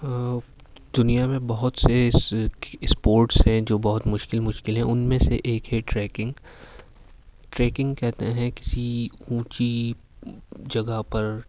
دنیا میں بہت سے اسپورٹس ہیں جو بہت مشکل مشکل ہیں ان میں سے ایک ہے ٹریکنگ ٹریکنگ کہتے ہیں کسی اونچی جگہ پر